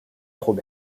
trop